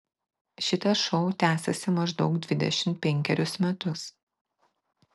šitas šou tęsiasi maždaug dvidešimt penkerius metus